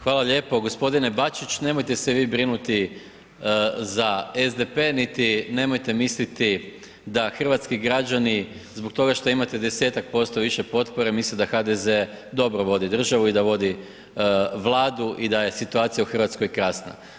Hvala lijepo, gospodine Bačić nemojte se vi brinuti za SDP, niti nemojte misliti da hrvatski građani zbog toga što imate 10% više potpore misle da HDZ dobro vodi državu i da vodi vladu i da je situacija u Hrvatskoj krasna.